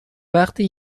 وقتی